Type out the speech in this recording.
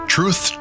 Truth